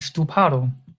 ŝtuparon